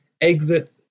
exit